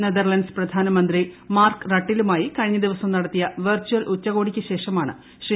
Netherlands പ്രധാനമന്ത്രി Mark റട്ടിലുമായി കഴിഞ്ഞ ദിവസം നടത്തിയ വെർച്ചൽ ഉച്ചകോടിയ്ക്ക് ശേഷമാണ് ശ്രീ